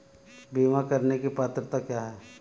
बीमा करने की पात्रता क्या है?